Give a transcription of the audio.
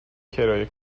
کرایه